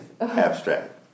abstract